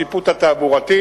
השיפוט התעבורתי.